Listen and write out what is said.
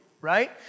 right